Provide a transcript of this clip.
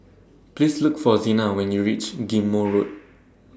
Please Look For Xena when YOU REACH Ghim Moh Road